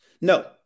No